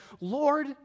Lord